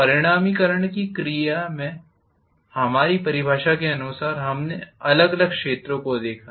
परिमाणीकरण की प्रक्रिया में हमारी परिभाषा के अनुसार हमने अलग अलग क्षेत्रों को देखा